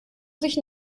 sich